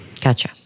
Gotcha